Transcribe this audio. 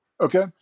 Okay